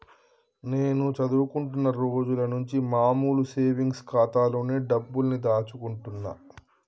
నేను చదువుకుంటున్న రోజులనుంచి మామూలు సేవింగ్స్ ఖాతాలోనే డబ్బుల్ని దాచుకుంటున్నా